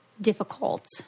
difficult